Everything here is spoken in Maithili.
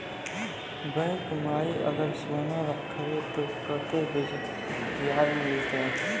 बैंक माई अगर सोना राखबै ते कतो ब्याज मिलाते?